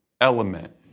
element